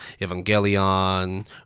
Evangelion